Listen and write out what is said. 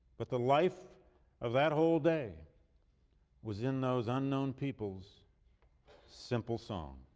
but the life of that whole day was in those unknown people's simple song.